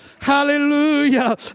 hallelujah